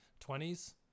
20s